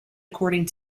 according